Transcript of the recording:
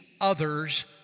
others